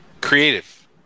Creative